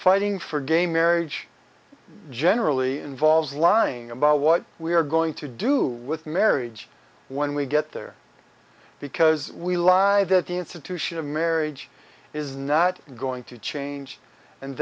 fighting for gay marriage generally involves lying about what we are going to do with marriage when we get there because we lie that the institution of marriage is not going to change and